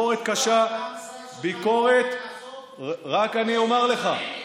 רק אני אומר לך,